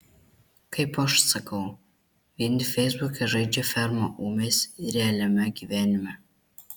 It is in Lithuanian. kaip aš sakau vieni feisbuke žaidžia fermą o mes realiame gyvenime